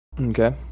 Okay